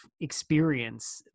experience